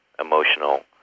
emotional